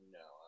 no